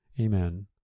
Amen